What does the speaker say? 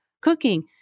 cooking